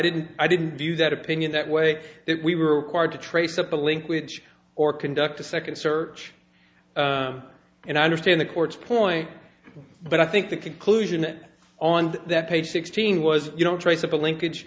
didn't i didn't view that opinion that way that we were required to trace up a link which or conduct a second search and i understand the court's point but i think the conclusion that on that page sixteen was you know traceable linkage